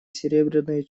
серебряные